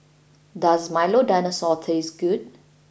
does Milo Dinosaur taste good